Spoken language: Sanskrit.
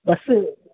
बस्